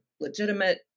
legitimate